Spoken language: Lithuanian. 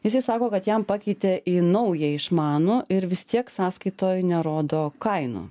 jisai sako kad jam pakeitė į naują išmanų ir vis tiek sąskaitoj nerodo kainų